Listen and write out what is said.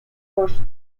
first